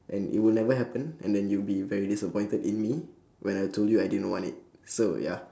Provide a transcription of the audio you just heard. and it would never happen and then you'll be very disappointed in me when I told you I didn't want it so ya